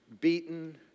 beaten